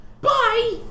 bye